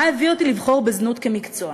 מה הביא אותי לבחור בזנות כמקצוע.